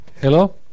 Hello